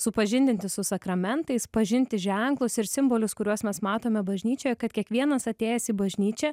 supažindinti su sakramentais pažinti ženklus ir simbolius kuriuos mes matome bažnyčioje kad kiekvienas atėjęs į bažnyčią